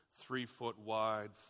three-foot-wide